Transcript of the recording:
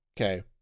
okay